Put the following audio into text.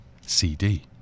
cd